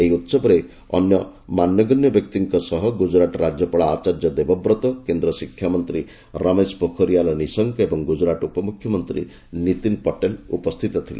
ଏହି ଉହବରେ ଅନ୍ୟ ମାନ୍ୟଗଣ୍ୟ ବ୍ୟକ୍ତିଙ୍କ ସହ ଗୁଜୁରାଟ ରାଜ୍ୟପାଳ ଆଚାର୍ଯ୍ୟ ଦେବବ୍ରତ କେନ୍ଦ୍ର ଶିକ୍ଷାମନ୍ତ୍ରୀ ରମେଶ ପୋଖରିଆଲ୍ ନିଶଙ୍କ ଏବଂ ଗୁଜୁରାଟ ଉପମୁଖ୍ୟମନ୍ତ୍ରୀ ନିତିନ୍ ପଟେଲ୍ ଉପସ୍ଥିତ ଥିଲେ